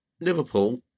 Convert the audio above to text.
Liverpool